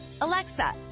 Alexa